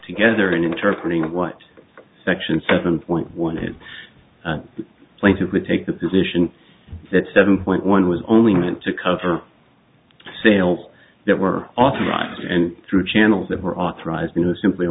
together and interpret what section seven point one is going to take the position that seven point one was only meant to cover sales that were authorized through channels that were authorized simply